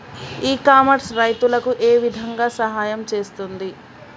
ఇ commerce రైతులకు ఏ విధంగా సహాయం చేస్తుంది?